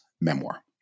memoir